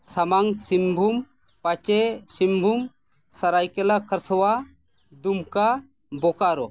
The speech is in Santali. ᱥᱟᱢᱟᱝ ᱥᱤᱝᱵᱷᱩᱢ ᱯᱟᱪᱮ ᱥᱤᱝᱵᱷᱩᱢ ᱥᱟᱹᱨᱟᱹᱭᱠᱮᱞᱞᱟ ᱠᱷᱟᱨᱥᱟᱣᱟ ᱫᱩᱢᱠᱟ ᱵᱳᱠᱟᱨᱳ